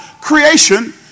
creation